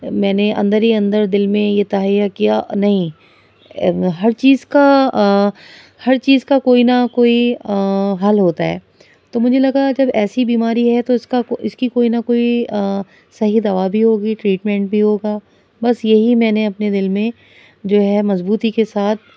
میں نے اندر ہی اندر دل میں یہ تہیہ کیا نہیں اب ہر چیز کا ہر چیز کا کوئی نہ کوئی حل ہوتا ہے تو مجھے لگا جب ایسی بیماری ہے تو اس کا کو اس کی کوئی نہ کوئی صحیح دوا بھی ہوگی ٹریٹمینٹ بھی ہوگا بس یہی میں نے اپنے دل میں جو ہے مضبوطی کے ساتھ